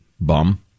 bum